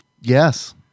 Yes